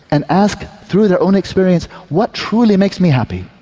and ask through their own experience what truly makes me happy?